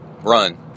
run